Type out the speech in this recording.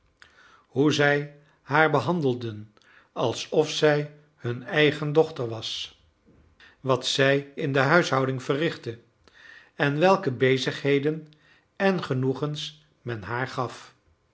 hoe zij haar behandelden alsof zij hun eigen dochter was wat zij in de huishouding verrichtte en welke bezigheden en genoegens men haar gaf